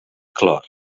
clor